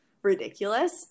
ridiculous